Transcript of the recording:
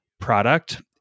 product